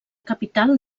capital